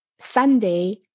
sunday